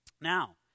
Now